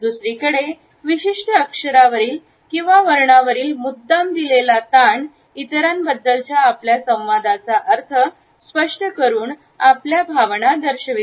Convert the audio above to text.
दुसरीकडे विशिष्ट अक्षरावरील किंवा वर्ण वरील मुद्दाम दिलेला ताण इतरांबद्दलच्या आपल्या संवादाचा अर्थ स्पष्ट करून आपल्या भावना दर्शवितो